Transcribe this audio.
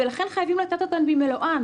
ולכן חייבים לתת אותן במלואן,